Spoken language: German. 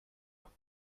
habt